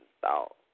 thought